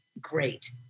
great